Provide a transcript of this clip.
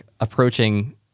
approaching